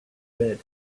bed